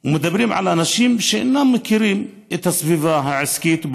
ומדברים עם אנשים שאינם מכירים את הסביבה העסקית,